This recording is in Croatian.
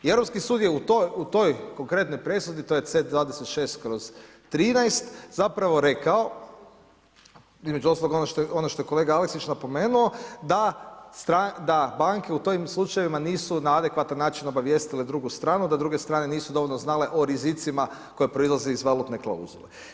I Europski sud je u toj konkretnoj presudi to je C26/13 zapravo rekao između ostalog ono što je kolega Aleksić napomenuo da banke u tim slučajevima nisu na adekvatan način obavijestile drugu stranu, da druge strane nisu dovoljno znale o rizicima koja proizlazi iz valutne klauzule.